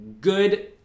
good